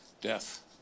death